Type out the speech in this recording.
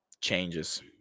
changes